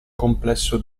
complesso